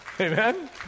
amen